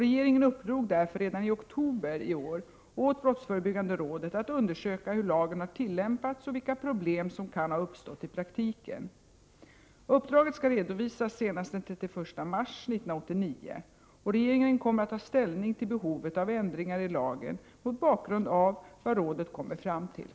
Regeringen uppdrog därför redan i oktober i år åt brottsförebyggande rådet att undersöka hur lagen har tillämpats och vilka problem som kan ha uppstått i praktiken. Uppdraget skall redovisas senast den 31 mars 1989. Regeringen kommer att ta ställning till behovet av ändringar i lagen mot bakgrund av vad rådet kommer fram till.